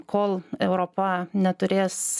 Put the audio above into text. kol europa neturės